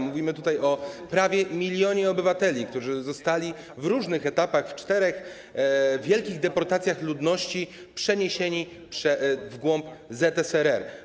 Mówimy tutaj o prawie milionie obywateli, którzy zostali, na różnych etapach, w czterech wielkich deportacjach ludności przeniesieni w głąb ZSRR.